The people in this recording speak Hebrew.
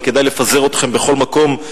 אבל כדאי לפזר אתכם בכל מקום,